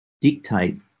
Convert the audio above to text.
dictate